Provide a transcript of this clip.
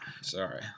Sorry